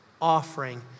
offering